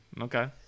Okay